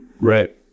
Right